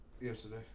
Yesterday